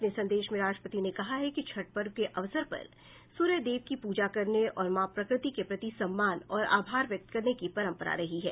अपने संदेश में राष्ट्रपति ने कहा कि छठ पर्व के अवसर पर सूर्य देव की पूजा करने और मां प्रकृति के प्रति सम्मान और आभार व्यक्त करने की परम्परा रही है